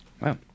Wow